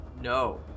no